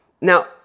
Now